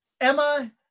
Emma